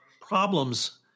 problems